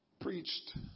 preached